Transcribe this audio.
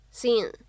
seen